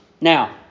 Now